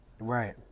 right